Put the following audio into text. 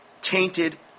tainted